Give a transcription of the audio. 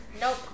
Nope